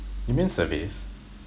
you mean surveys